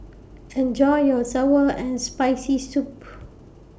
Enjoy your Sour and Spicy Soup